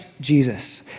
Jesus